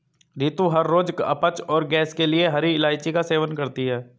रितु हर रोज अपच और गैस के लिए हरी इलायची का सेवन करती है